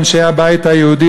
אנשי הבית היהודי,